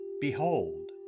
behold